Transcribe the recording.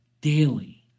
daily